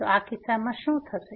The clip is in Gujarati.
તેથી આ કિસ્સામાં શું થશે